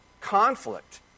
conflict